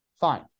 fine